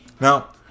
Now